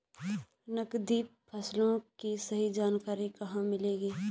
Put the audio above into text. नकदी फसलों की सही जानकारी कहाँ मिलेगी?